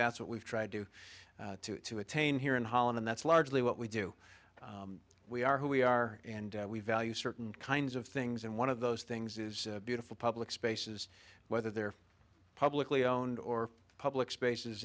that's what we've tried to do to attain here in holland and that's largely what we do we are who we are and we value certain kinds of things and one of those things is beautiful public spaces whether they're publicly owned or public spaces